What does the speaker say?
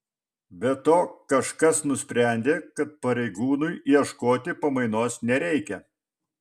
be to kažkas nusprendė kad pareigūnui ieškoti pamainos nereikia